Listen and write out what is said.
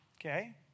okay